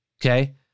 Okay